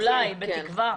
אולי, אולי, בתקווה.